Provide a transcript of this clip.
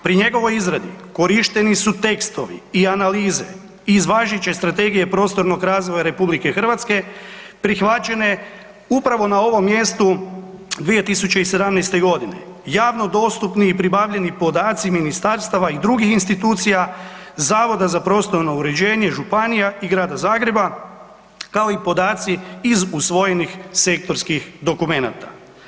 Pri njegovoj izradi korišteni su tekstovi i analize iz važeće strategije prostornog razvoja RH prihvaćene upravo na ovom mjestu 2017.g., javno dostupni i pribavljeni podaci ministarstava i drugih institucija, Zavoda za prostorno uređenje, županija i Grada Zagreba, kao i podaci iz usvojenih sektorskih dokumenata.